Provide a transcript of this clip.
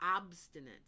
Obstinate